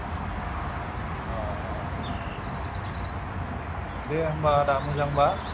अ अ औ दे होनबा आदा मोजां बा